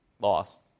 lost